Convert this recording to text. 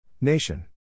Nation